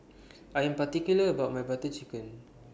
I Am particular about My Butter Chicken